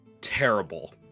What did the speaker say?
terrible